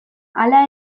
hala